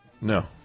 No